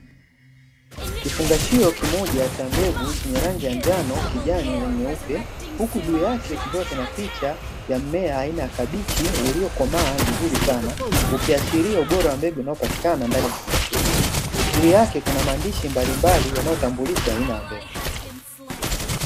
Kifungashio kimoja cha mbegu chenye rangi ya njano, kijani na nyeupe huku juu yake kikiwa kina picha ya mmea aina ya kabichi uliokomaa vizuri sana ukiashiria ubora wa mbegu inayopatikana ndani ya kifungashio hiki, juu yake kuna maandishi mbalimbali yanayotambulisha aina ya mbegu.